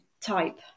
type